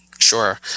Sure